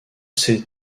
cette